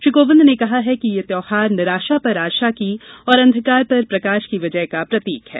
श्री कोविंद ने कहा कि यह त्यौाहार निराशा पर आशा की और अंधकार पर प्रकाश की विजय का प्रतीक है